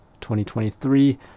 2023